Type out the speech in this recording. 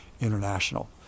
International